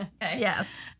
Yes